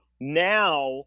Now